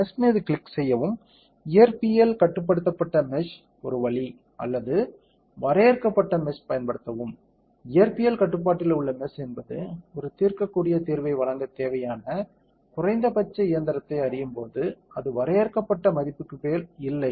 mesh மீது click செய்யவும் இயற்பியல் கட்டுப்படுத்தப்பட்ட மெஷ் ஒரு வழி அல்லது வரையறுக்கப்பட்ட மெஷ் பயன்படுத்தவும் இயற்பியல் கட்டுப்பாட்டில் உள்ள மெஷ் என்பது ஒரு தீர்க்கக்கூடிய தீர்வை வழங்க தேவையான குறைந்தபட்ச இயந்திரத்தை அறியும் போது அது வரையறுக்கப்பட்ட மதிப்புக்கு மேல் இல்லை